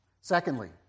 Secondly